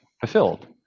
fulfilled